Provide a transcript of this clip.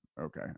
Okay